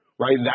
Right